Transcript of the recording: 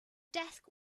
desk